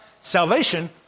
salvation